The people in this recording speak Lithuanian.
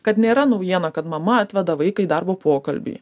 kad nėra naujiena kad mama atveda vaiką į darbo pokalbį